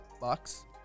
Bucks